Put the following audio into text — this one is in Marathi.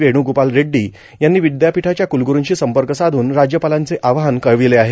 वेणुगोपाल रेड्डी यांनी विद्यापीठांच्या कुलगुरुंशी संपर्क साधून राज्यपालांचे आवाहन कठविलं आहे